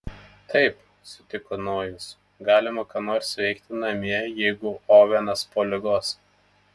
taip sutiko nojus galima ką nors veikti namie jeigu ovenas po ligos